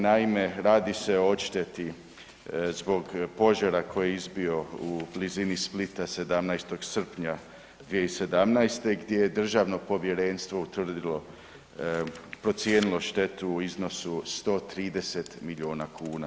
Naime, radi se o odšteti zbog požara koji je izbio u blizini Splita 17. srpnja 2017. gdje je državno povjerenstvo utvrdilo, procijenilo štetu u iznosu 130 milijuna kuna.